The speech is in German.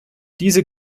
diese